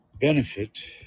benefit